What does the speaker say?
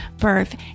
birth